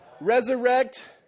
resurrect